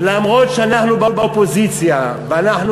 אף-על-פי שאנחנו באופוזיציה ואנחנו